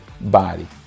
body